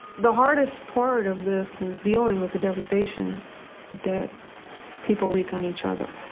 the hardest part of this is dealing with the devastation that people wreak on each other.